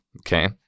okay